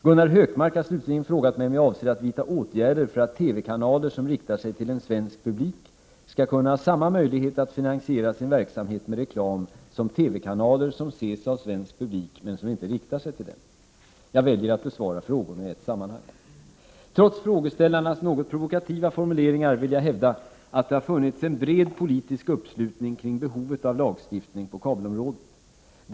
Gunnar Hökmark har slutligen frågat mig om jag avser att vidta åtgärder för att TV-kanaler som riktar sig till en svensk publik skall kunna ha samma möjlighet att finansiera sin verksamhet med reklam som TV-kanaler som ses av svensk publik men som inte riktar sig till den. Jag väljer att besvara frågorna i ett sammanhang. Trots frågeställarnas något provokativa formuleringar vill jag hävda, att det har funnits en bred politisk uppslutning kring behovet av lagstiftning på — Prot. 1988/89:21 kabelområdet.